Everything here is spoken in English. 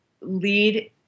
lead